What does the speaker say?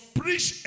preach